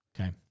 Okay